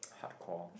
hard core